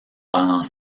pendant